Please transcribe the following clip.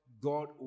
God